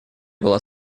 была